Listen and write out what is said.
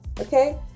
Okay